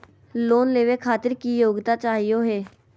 Loan लेवे खातीर की योग्यता चाहियो हे?